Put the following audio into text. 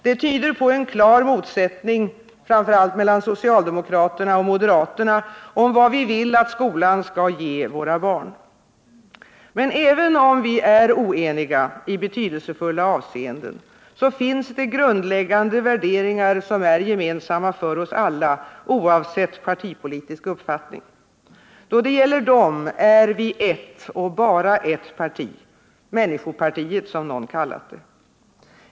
Det tyder på en klar motsättning — framför allt mellan socialdemokraterna och moderaterna — om vad vi vill att skolan skall ge våra barn. Men även om vi är oeniga — i betydelsefulla avseenden — finns det grundläggande värderingar som är gemensamma för oss alla, oavsett partipolitisk uppfattning. Då det gäller dessa är vi ett och bara ett parti — människopartiet, som någon kallat det.